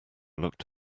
looked